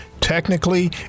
technically